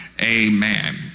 Amen